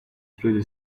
through